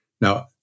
Now